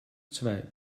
zwei